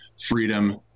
freedom